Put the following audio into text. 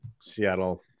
Seattle